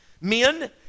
men